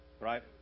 Right